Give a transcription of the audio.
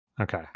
Okay